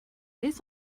this